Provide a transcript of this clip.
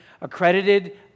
accredited